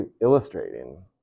illustrating